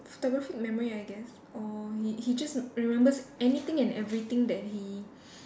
photographic memory I guess or he he just remembers anything and everything that he